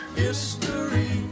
history